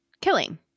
killing